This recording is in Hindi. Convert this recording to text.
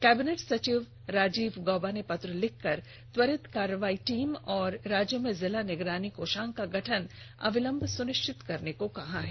कैबिनेट सचिव राजीव गौबा ने पत्र लिखकर त्वरित कार्रवाई टीम और राज्य में जिला निगरानी कोषांग का गठन अविलंब सुनिष्चित करने को कहा है